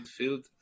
midfield